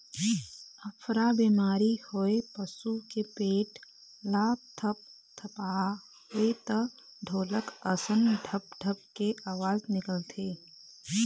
अफरा बेमारी होए पसू के पेट ल थपथपाबे त ढोलक असन ढप ढप के अवाज निकलथे